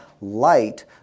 light